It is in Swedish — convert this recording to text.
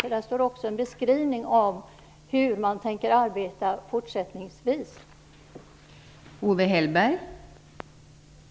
I den återfinns också en beskrivning av hur man fortsättningsvis tänker arbeta.